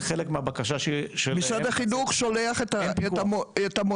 זה חלק מהבקשה --- משרד החינוך שולח את המורים